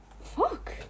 Fuck